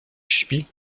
śpi